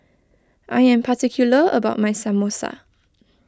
I am particular about my Samosa